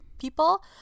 people